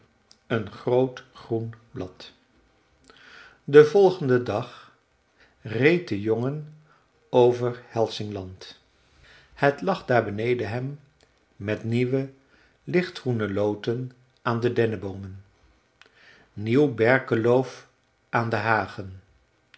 een groot groen blad den volgenden dag reed de jongen over hälsingland het lag daar beneden hem met nieuwe lichtgroene loten aan de denneboomen nieuw berkeloof aan de hagen